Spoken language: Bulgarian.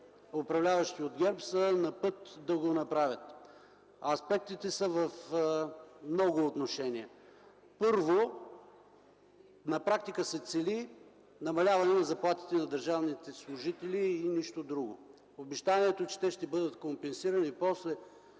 управляващи от ГЕРБ са на път да го направят. Аспектите са в много отношения. Първо, на практика се цели намаляване на заплатите на държавните служители и нищо друго. Обещанието, че те ще бъдат компенсирани после